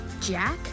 Jack